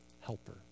helper